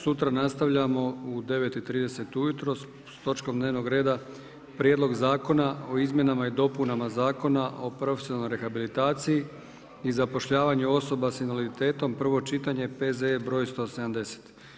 Sutra nastavljamo u 9,30 ujutro s točkom dnevnog reda Prijedlog zakona o izmjenama i dopunama Zakona o profesionalnoj rehabilitaciji i zapošljavanju osoba sa invaliditetom prvo čitanje, P.Z.E. br. 170.